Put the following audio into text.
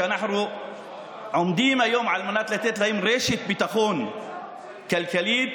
שאנחנו עומדים היום לתת להם רשת ביטחון כלכלית,